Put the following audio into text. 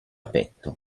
petto